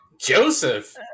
Joseph